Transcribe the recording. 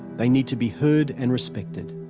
they need to be heard and respected.